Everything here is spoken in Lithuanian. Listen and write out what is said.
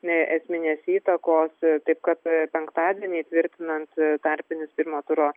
nei esminės įtakos taip kad penktadienį tvirtinant tarpinius pirmo turo